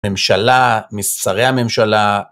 ממשלה, משרי הממשלה...